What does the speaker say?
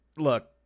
Look